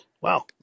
Wow